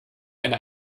eine